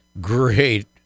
great